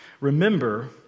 remember